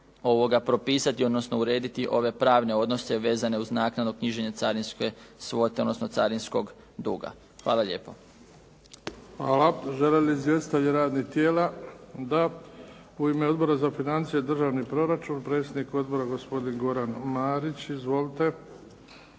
propisati, odnosno urediti ove pravne odnose vezane uz naknadno knjiženje carinske svote, odnosno carinskog duga. Hvala lijepa. **Bebić, Luka (HDZ)** Hvala. Žele li izvjestitelji radnih tijela? Da. U ime Odbora za financije i državni proračun, predsjednik odbora, gospodin Goran Marić. Izvolite.